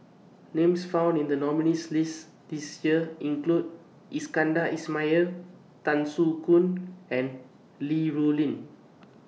Names found in The nominees' list This Year include Iskandar Ismail Tan Soo Khoon and Li Rulin